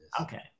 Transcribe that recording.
Okay